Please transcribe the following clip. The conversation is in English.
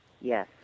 Yes